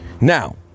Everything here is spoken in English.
now